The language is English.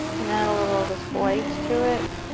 and add a little of this white to it.